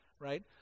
right